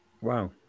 Wow